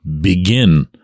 begin